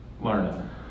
learning